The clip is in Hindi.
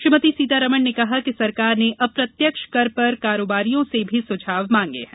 श्रीमती सीतारमण ने कहा कि सरकार ने अप्रत्यक्ष कर पर कारोबारियों से भी सुझाव मांगे हैं